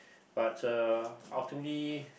but uh ultimately